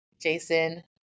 Jason